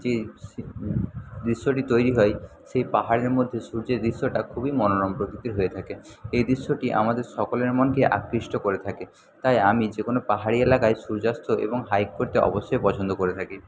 যে দৃশ্যটি তৈরি হয় সেই পাহাড়ের মধ্যে সূর্যের দৃশ্যটা খুবই মনোরম প্রকৃতির হয়ে থাকে এই দৃশ্যটি আমাদের সকলের মনকে আকৃষ্ট করে থাকে তাই আমি যে কোনো পাহাড়ি এলাকায় সূর্যাস্ত এবং হাইক করতে অবশ্যই পছন্দ করে থাকি